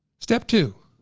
step two,